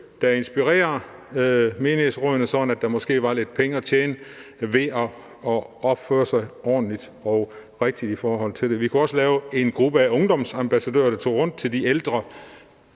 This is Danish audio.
der inspirerer menighedsrådene, sådan at der måske var lidt penge at tjene ved at opføre sig ordentligt og rigtigt i forhold til det. Vi kunne også lave en gruppe af ungdomsambassadører, der tog rundt til de ældre